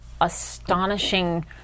astonishing